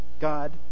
God